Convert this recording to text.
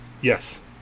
Yes